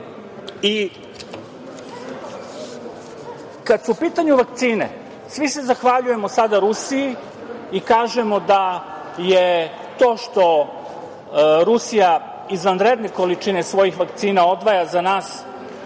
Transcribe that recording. Niš. Kad su u pitanju vakcine, svi se zahvaljujemo sada Rusiji i kažemo da je to što Rusija izvanredne količine svojih vakcina odvaja za nas